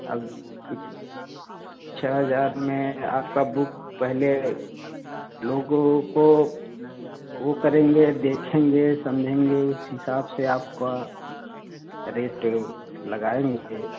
अब इत छः हज़ार में आपका बुक पहले लोगों को वह करेंगे देखेंगे समझेंगे उस हिसाब से आप का रेट लगाएँगे